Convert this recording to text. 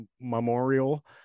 memorial